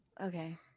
okay